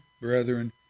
brethren